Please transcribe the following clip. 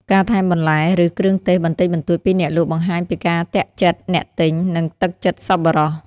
ការថែមបន្លែ ឬគ្រឿងទេសបន្តិចបន្តួចពីអ្នកលក់បង្ហាញពីការទាក់ចិត្តអ្នកទិញ និងទឹកចិត្តសប្បុរស។